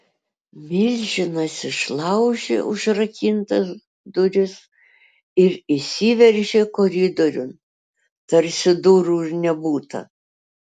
milžinas išlaužė užrakintas duris ir įsiveržė koridoriun tarsi durų ir nebūta